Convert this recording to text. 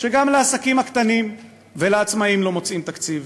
גם לעסקים הקטנים ולעצמאים לא מוצאים תקציב.